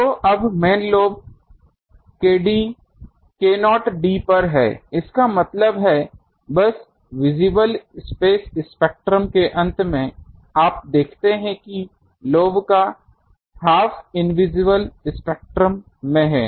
तो अब main lobe k0d पर है इसका मतलब है बस विज़िबल स्पेस स्पेक्ट्रम के अंत में आप देखते हैं कि लोब का हाफ इनविजिबल स्पेक्ट्रम में है